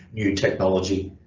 new technology